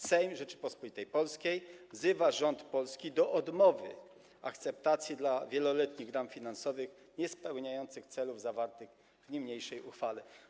Sejm Rzeczypospolitej Polskiej wzywa rząd Polski do odmowy akceptacji dla wieloletnich ram finansowych niespełniających celów zawartych w niniejszej uchwale.